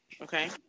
Okay